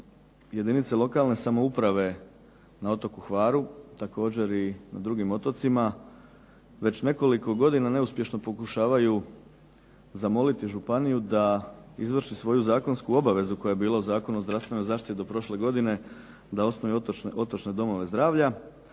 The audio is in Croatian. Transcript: jedinice lokalne samouprave na otoku Hvaru, također i na drugim otocima već nekoliko godina neuspješno pokušavaju zamoliti županiju da izvrši svoju zakonsku obavezu koja je bila u Zakonu o zdravstvenoj zaštiti do prošle godine, da osnuje otočne domove zdravlja,